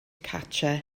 cartref